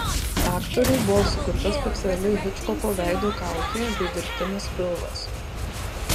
aktoriui buvo sukurta speciali hičkoko veido kaukė bei dirbtinis pilvas